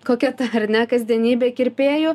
kokia ta ar ne kasdienybė kirpėjų